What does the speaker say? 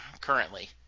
currently